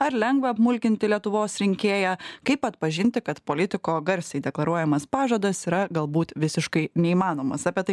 ar lengva apmulkinti lietuvos rinkėją kaip atpažinti kad politiko garsiai deklaruojamas pažadas yra galbūt visiškai neįmanomas apie tai